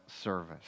service